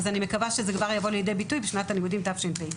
כך שאני מקווה שזה יבוא לידי ביטוי כבר בשנת הלימודים תשפ"ג.